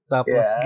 Tapos